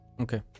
Okay